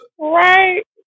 Right